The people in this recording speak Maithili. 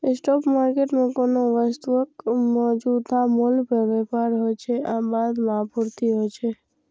स्पॉट मार्केट मे कोनो वस्तुक मौजूदा मूल्य पर व्यापार होइ छै आ बाद मे आपूर्ति होइ छै